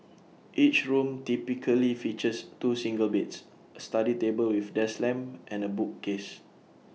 each room typically features two single beds A study table with desk lamp and A bookcase